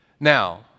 Now